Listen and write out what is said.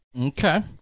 Okay